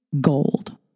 Gold